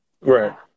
Right